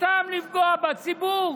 סתם לפגוע בציבור?